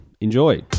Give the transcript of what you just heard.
Enjoy